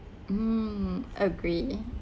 hmm agree